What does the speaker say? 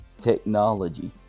technology